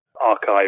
archive